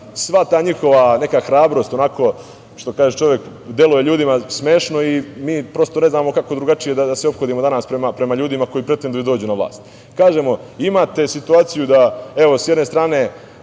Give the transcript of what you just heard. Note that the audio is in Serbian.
sva ta njihova neka hrabrost deluje ljudima smešno i mi prosto ne znamo kako drugačije da se ophodimo danas prema ljudima koji pretenduju da dođu na vlast. Kažemo, imate situaciju da, s jedne strane,